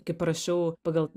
kai parašiau pagal